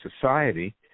society